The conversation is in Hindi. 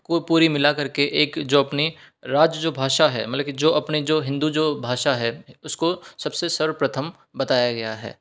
को पूरी मिला करके एक जो अपनी राज जो भाषा है मतलब के जो अपनी जो हिन्दू जो भाषा है उसको सबसे सर्वप्रथम बताया गया है